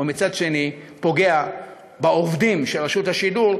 ומצד שני פוגע בעובדים של רשות השידור,